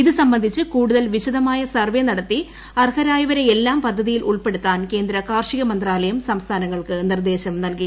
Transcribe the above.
ഇത് സംബന്ധിച്ച് കൂടുതൽ വിശദമായ സർവ്വെ നടത്തി അർഹരായവരെയെല്ലാം പദ്ധതിയിൽ ഉൾപ്പെടുത്താൻ കേന്ദ്ര കാർഷിക മന്ത്രാലയം സംസ്ഥാനങ്ങൾക്ക് നിർദ്ദേശം നൽകി